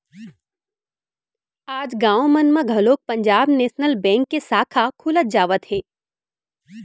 आज गाँव मन म घलोक पंजाब नेसनल बेंक के साखा खुलत जावत हे